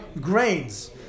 grains